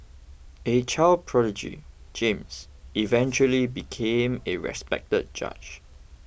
a child prodigy James eventually became a respected judge